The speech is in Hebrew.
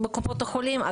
בקופות החולים,